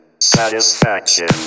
Satisfaction